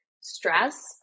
Stress